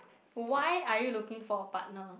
why are you looking for a partner